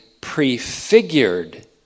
prefigured